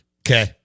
Okay